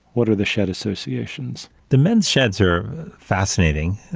what are the shed associations? the men's sheds are fascinating.